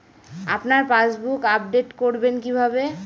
আপনার passbook update করবেন কিভাবে?